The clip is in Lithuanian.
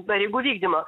pareigų vykdymo